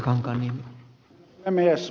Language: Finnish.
herra puhemies